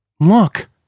Look